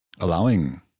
allowing